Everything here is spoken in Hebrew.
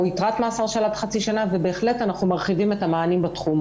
יתרת מאסר של עד חצי שנה ובהחלט אנחנו מרחיבים את המענים בתחום.